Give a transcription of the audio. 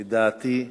לדעתי,